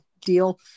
deal